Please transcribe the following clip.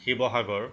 Sivasagar